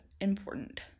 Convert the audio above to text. important